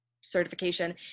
certification